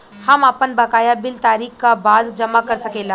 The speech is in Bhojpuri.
हम आपन बकाया बिल तारीख क बाद जमा कर सकेला?